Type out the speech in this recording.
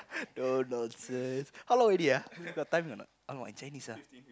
no nonsense how long already ah got time or not !alamak! in Chinese ah